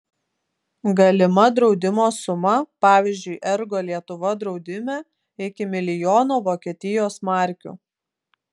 galima draudimo suma pavyzdžiui ergo lietuva draudime iki milijono vokietijos markių